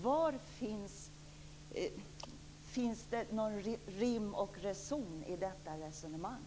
Var finns det någon rim och reson i detta resonemang?